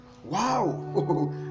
Wow